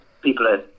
people